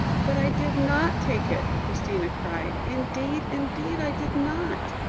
but i did not take it, christina cried indeed, indeed, i did not.